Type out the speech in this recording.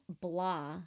blah